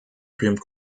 supreme